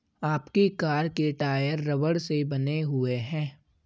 आपकी कार के टायर रबड़ से बने हुए हैं